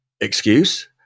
excuse